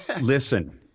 Listen